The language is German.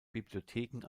bibliotheken